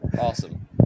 Awesome